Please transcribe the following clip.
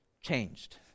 changed